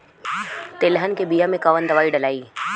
तेलहन के बिया मे कवन दवाई डलाई?